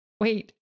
Wait